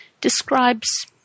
describes